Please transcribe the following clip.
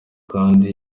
kandi